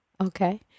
Okay